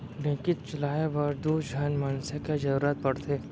ढेंकीच चलाए बर दू झन मनसे के जरूरत पड़थे